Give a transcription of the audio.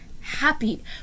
happy